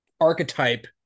archetype